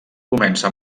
comença